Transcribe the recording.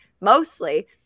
Mostly